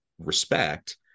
respect